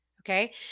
Okay